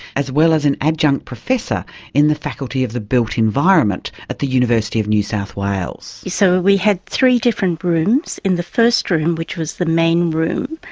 as well as an adjunct professor in the faculty of the built environment at the university of new south wales. so we had three different rooms. in the first room, which was the main room,